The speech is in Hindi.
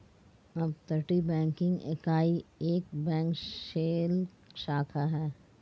अपतटीय बैंकिंग इकाई एक बैंक शेल शाखा है